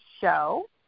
show